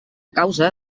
causa